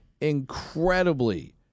incredibly